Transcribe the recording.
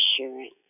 Assurance